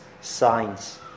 signs